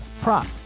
prop